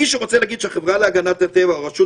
מי שרוצה להגיד שהחברה להגנת הטבע או רשות